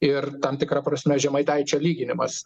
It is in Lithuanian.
ir tam tikra prasme žemaitaičio lyginimas